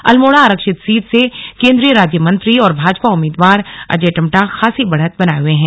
अल्मोड़ा आरक्षित सीट से केंद्रीय राज्य मंत्री और भाजपा उम्मीदवार अजय टम्टा खासी बढ़त बनाये हए हैं